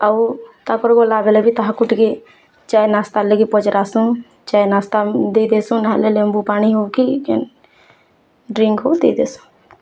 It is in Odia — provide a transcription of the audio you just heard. ଆଉ ତାପରକୁ ଗଲାବେଲେ ବି ତାହାକୁ ଟିକେ ଚାଏ ନାସ୍ତା ଲାଗି ପଚାରସୁଁ ଚାଏ ନାସ୍ତା ଦେଇ ଦେସୁଁ ନହେଲେ ଲେମ୍ୱୁପାଣି ହଉକି କେନ୍ ଡ଼୍ରିଙ୍କ୍ ହେଉ ଦେଇଦେସୁଁ